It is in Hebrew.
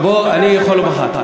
אני יכול לומר לך.